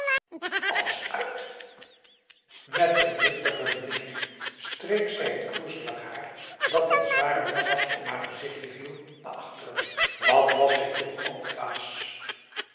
alles uit met een driftige beweging streek zij het kroezig haar dat in zware massa's om haar gezichtje viel naar achteren wat was zij toch ook dwaas